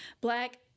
black